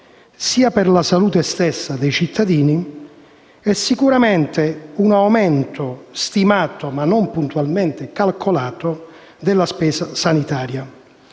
per la salute stessa dei cittadini, e sicuramente un aumento stimato - ma non puntualmente calcolato - della spesa sanitaria.